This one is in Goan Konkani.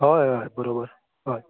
हय हय हय बरोबर हय